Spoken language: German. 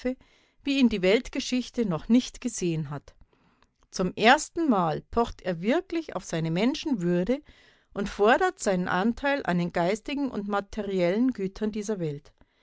wie ihn die weltgeschichte noch nicht gesehen hat zum ersten mal pocht er wirklich auf seine menschenwürde und fordert seinen anteil an den geistigen und materiellen gütern dieser welt